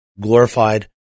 glorified